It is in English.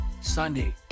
Sunday